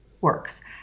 works